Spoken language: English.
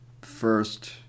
first